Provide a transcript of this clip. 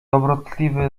dobrotliwy